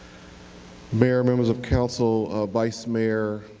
mayor, members of council, vice mayor,